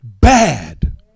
bad